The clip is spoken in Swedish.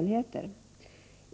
Vi har